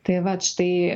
tai vat štai